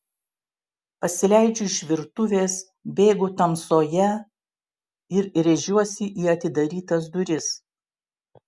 pasileidžiu iš virtuvės bėgu tamsoje ir rėžiuosi į atidarytas duris